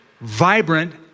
vibrant